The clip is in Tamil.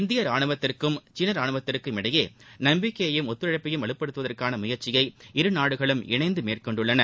இந்திய ராணுவத்திற்கும் சீன ராணுவத்திற்கும் இடையே நம்பிக்கையையும் ஒத்துழைப்பையும் வலுப்படுத்துவதற்கான முயற்சியை இரு நாடுகளும் இணைந்து மேற்கொண்டுள்ளன